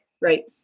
Right